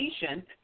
patient